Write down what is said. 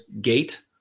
Gate